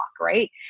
right